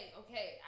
okay